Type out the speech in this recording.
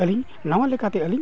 ᱟᱹᱞᱤᱧ ᱱᱟᱣᱟ ᱞᱮᱠᱟᱛᱮ ᱟᱹᱞᱤᱧ